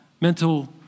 mental